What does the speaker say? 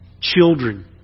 children